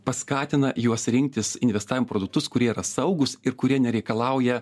paskatina juos rinktis investavimo produktus kurie yra saugūs ir kurie nereikalauja